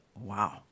wow